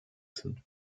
sind